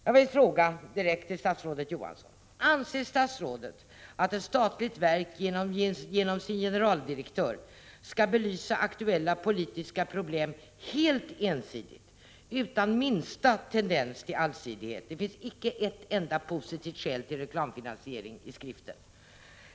Jag vill direkt fråga statsrådet Johansson: Anser statsrådet att ett statligt verk genom sin generaldirektör skall belysa aktuella politiska problem helt ensidigt, utan minsta tendens till allsidighet? Icke ett enda positivt skäl till reklamfinansiering framförs i skriften.